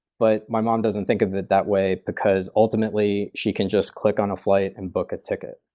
but my mom doesn't think of it that way, because, ultimately, she can just click on a flight and book a ticket.